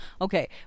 Okay